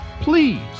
Please